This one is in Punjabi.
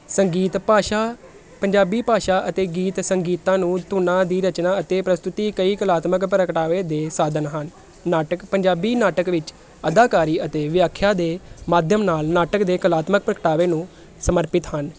ਸੰਗੀਤ ਭਾਸ਼ਾ ਪੰਜਾਬੀ ਭਾਸ਼ਾ ਅਤੇ ਗੀਤ ਸੰਗੀਤਾਂ ਨੂੰ ਧੁਨਾਂ ਦੀ ਰਚਨਾ ਅਤੇ ਪ੍ਰਸਤੁਤੀ ਕਈ ਕਲਾਤਮਕ ਪ੍ਰਗਟਾਵੇ ਦੇ ਸਾਧਨ ਹਨ ਨਾਟਕ ਪੰਜਾਬੀ ਨਾਟਕ ਵਿੱਚ ਅਦਾਕਾਰੀ ਅਤੇ ਵਿਆਖਿਆ ਦੇ ਮਾਧਿਅਮ ਨਾਲ ਨਾਟਕ ਦੇ ਕਲਾਤਮਕ ਪ੍ਰਗਟਾਵੇ ਨੂੰ ਸਮਰਪਿਤ ਹਨ